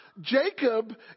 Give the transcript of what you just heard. Jacob